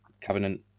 Covenant